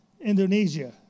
Indonesia